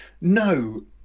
no